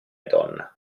donna